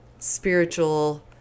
spiritual